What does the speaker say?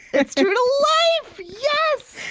it's true to life, yes.